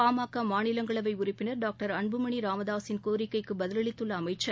பாமக மாநிலங்களவை உறுப்பினர் டாக்டர் அன்புமணி ராமதாஸின் கோரிக்கைக்கு பதில் அளித்துள்ள அமைச்சர்